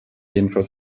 jedenfalls